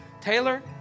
Taylor